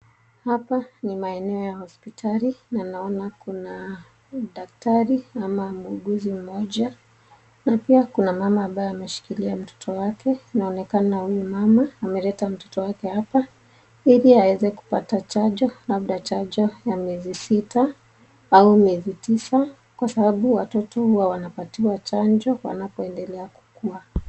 Hapa ni maeneo ya hospitali na naona kuna daktari ama muuguzi mmoja na pia kuna mama ambaye ameshikila mtoto wake inaonekana huyu mama ameleta mtoto wake hapa ili aweze kupata chanjo labda chanjo ya miezi sita au miezi tisa kwa sababu watoto huwa wanapatiwa chanjo wanapoendelea kukuwa.